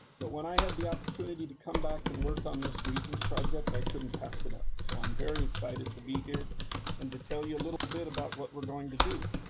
but when i had the opportunity to come back and work on this regions project, i couldn't pass it up so i'm very excited to be here and to tell you a little bit about what we are going to do.